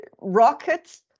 rockets